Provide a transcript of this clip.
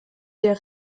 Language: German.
der